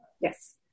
Yes